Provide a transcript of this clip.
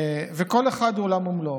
וכל אחד הוא עולם ומלואו.